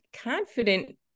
confident